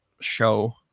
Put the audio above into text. show